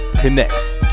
Connects